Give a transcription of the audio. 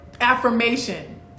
affirmation